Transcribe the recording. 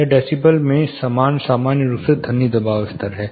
यह डेसीबल में सामान्य रूप से ध्वनि दबाव स्तर है